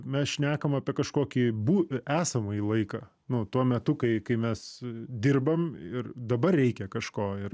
mes šnekam apie kažkokį bu esamąjį laiką nu tuo metu kai kai mes dirbam ir dabar reikia kažko ir